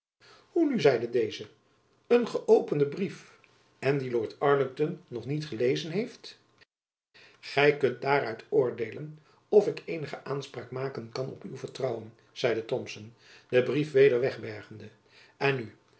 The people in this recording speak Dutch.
hoe nu zeide deze een geöpende brief en dien lord arlington nog niet gelezen heeft gy kunt daaruit oordeelen of ik eenige aanspraak maken kan op uw vertrouwen zeide thomson den brief weder wegbergende en nu